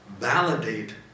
validate